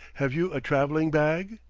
have you a traveling-bag?